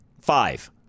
five